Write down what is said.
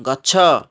ଗଛ